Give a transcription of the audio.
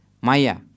Maya